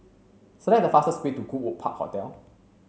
select the fastest way to Goodwood Park Hotel